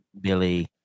Billy